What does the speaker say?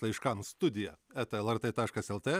laiškams studija eta lrt taškas lt